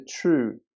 true